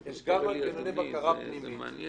יש מנגנוני בקרה פנימיים